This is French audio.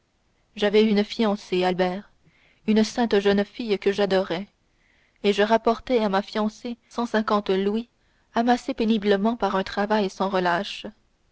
j'avais une fiancée albert une sainte jeune fille que j'adorais et je rapportais à ma fiancée cent cinquante louis amassés péniblement par un travail sans relâche